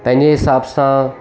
पंहिंजे हिसाब सां